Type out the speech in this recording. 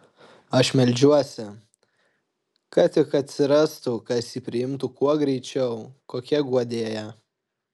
aš meldžiuosi kad tik atsirastų kas jį priimtų kuo greičiau kokia guodėja